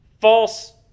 false